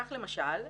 כך למשל,